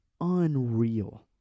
unreal